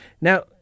Now